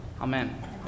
amen